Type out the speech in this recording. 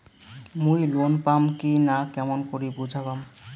মুই লোন পাম কি না কেমন করি বুঝা পাম?